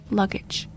luggage